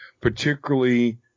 Particularly